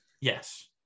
Yes